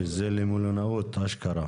שזה למלונאות אשכרה.